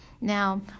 Now